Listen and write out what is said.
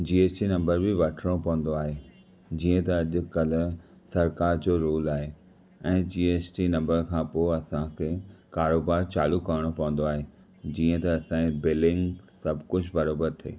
जी S T नम्बरु बि वठणो पवन्दो आहे जीअं त अॼुकल्ह सरकार जो रुल आहे ऐं जी एस टी नम्बर खां पोइ असांखे कारोबार चालू करणो पवन्दो आहे जीअं त असांजी बिलिंग्स सभु कुझु बरोबर थिए